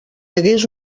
hagués